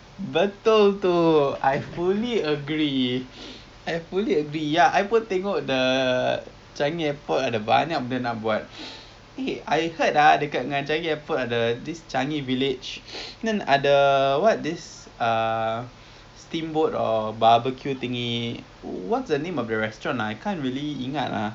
betul tu I fully agree I fully agree ya I pun tengok the changi airport ada banyak benda nak buat eh I heard ah dekat changi airport ada this changi village kan ada what this ah steamboat or barbecue thingy what's the name of the restaurant I can't really ingat ah